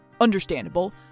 Understandable